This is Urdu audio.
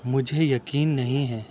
مجھے یقین نہیں ہے